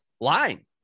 lying